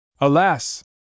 Alas